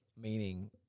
meaning